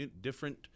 different